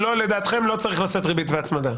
לדעתכם לא צריך לשאת ריבית והצמדה.